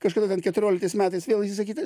kažkada ten keturioliktais metais vėl visa kita